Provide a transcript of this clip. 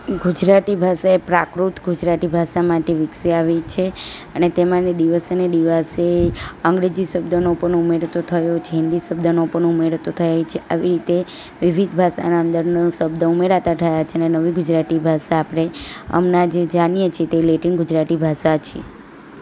ગુજરાતી ભાષા એ પ્રાકૃત ગુજરાતી ભાષામાંથી વિકસી આવી છે અને તેમાંની દિવસે ને દિવસે અંગ્રેજી શબ્દનો પણ ઉમેરો તો થયો છે હિન્દી શબ્દનો પણ ઉમેરો તો થાય છે આવી રીતે વિવિધ ભાષાના અંદરના શબ્દો ઉમેરાતા થયા છે ને નવી ગુજરાતી ભાષા આપણે હમણાં જે જાણીએ છીએ તે લેટિન ગુજરાતી ભાષા છે